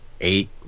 eight